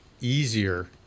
easier